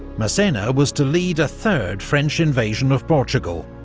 massena was to lead a third french invasion of portugal,